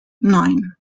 nein